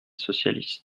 socialiste